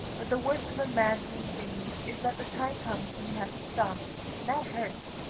but the worst of imagining things is that the time comes when you have to stop and that hurts.